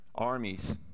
Armies